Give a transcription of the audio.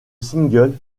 single